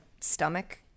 stomach